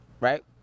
right